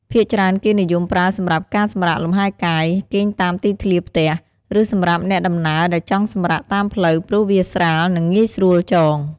ភាគច្រើនគេនិយមប្រើសម្រាប់ការសម្រាកលំហែកាយ គេងតាមទីធ្លាផ្ទះ ឬសម្រាប់អ្នកដំណើរដែលចង់សម្រាកតាមផ្លូវ ព្រោះវាស្រាល និងងាយស្រួលចង។